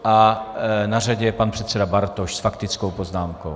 A na řadě je pan předseda Bartoš s faktickou poznámkou.